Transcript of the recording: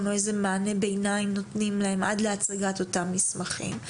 או איזה מענה ביניים נותנים להם עד להצגת אותם מסמכים.